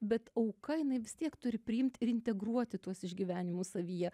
bet auka jinai vis tiek turi priimt ir integruoti tuos išgyvenimus savyje